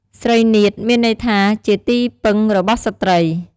ស្រីនាថ មានន័យថាជាទីពឹងរបស់ស្រ្តី។